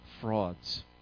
frauds